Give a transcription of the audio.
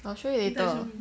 I'll show you later